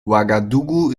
ouagadougou